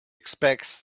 expects